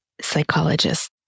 psychologist